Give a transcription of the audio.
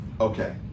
Okay